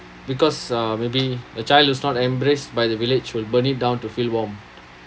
because uh maybe a child that's not embraced by the village will burn it down to feel warm